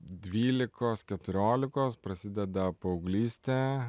dvylikos keturiolikos prasideda paauglystė